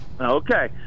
Okay